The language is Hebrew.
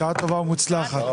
הישיבה ננעלה בשעה 13:02.